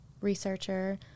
researcher